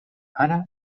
ara